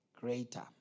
Greater